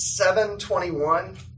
721